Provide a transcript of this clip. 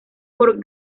por